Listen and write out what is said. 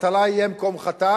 הבטלה היא אם כל חטאת,